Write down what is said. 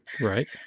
Right